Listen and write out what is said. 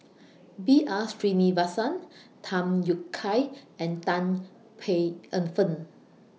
B R Sreenivasan Tham Yui Kai and Tan Paey Fern